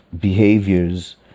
behaviors